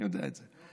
אני יודע את זה.